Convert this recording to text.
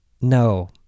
no